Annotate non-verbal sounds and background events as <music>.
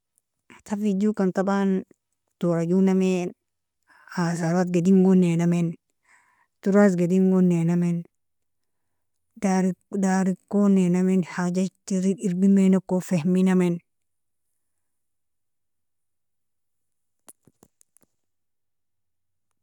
Muthafel jokan taban tora jonami asarat, gadimgon ninamin torasgon ninamin, <hesitation> darikon ninamin haja ejir erbmaniko fihmi ninamin.